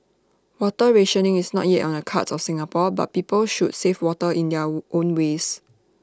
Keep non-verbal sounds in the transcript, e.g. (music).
water rationing is not yet on the cards of Singapore but people should save water in their (unintelligible) own ways